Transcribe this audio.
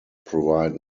provide